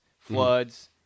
floods